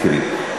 תראי,